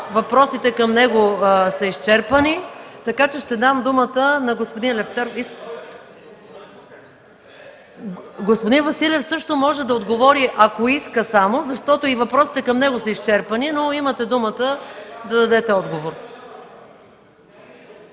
Въпросите към него са изчерпани, така че ще дам думата на господин Лефтеров. (Шум и реплики.) Господин Василев също може да отговори, ако иска само, защото и въпросите към него са изчерпани. Имате думата, за да дадете отговор.